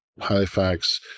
Halifax